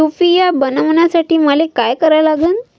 UPI बनवासाठी मले काय करा लागन?